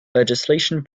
legislation